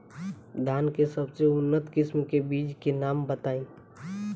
धान के सबसे उन्नत किस्म के बिज के नाम बताई?